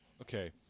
Okay